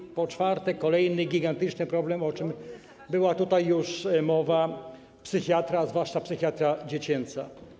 I po czwarte, kolejny gigantyczny problem, o czym była tutaj już mowa, to psychiatria, a zwłaszcza psychiatria dziecięca.